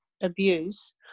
abuse